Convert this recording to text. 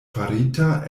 farita